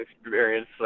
experience